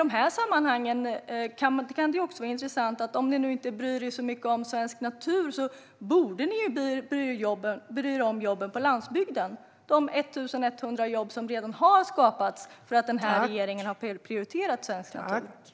Om ni nu inte bryr er så mycket om svensk natur borde ni ju bry er om jobben på landsbygden, de 1 100 jobb som redan har skapats därför att den här regeringen har prioriterat svensk natur.